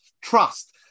trust